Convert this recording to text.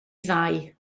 ddau